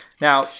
now